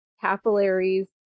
capillaries